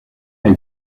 est